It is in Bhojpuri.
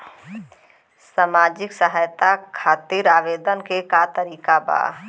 सामाजिक सहायता खातिर आवेदन के का तरीका बा?